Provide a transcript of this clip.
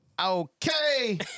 Okay